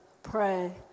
Pray